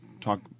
talk